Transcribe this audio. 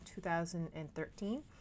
2013